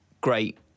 great